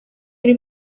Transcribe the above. ari